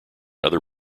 other